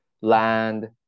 land